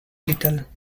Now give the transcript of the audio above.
little